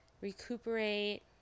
recuperate